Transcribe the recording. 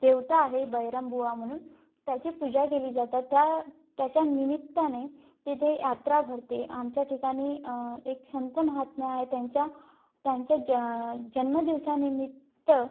देवता आहे बहिरामबुवा म्हणून त्याची पूजा केली जातात त्या त्याच्या निमित्ताने तेथे यात्रा भरते आमच्या ठिकाणी एक संतमहात्मे आहे त्यांच्या त्यांच्या ज जन्मदिवसानिमित्त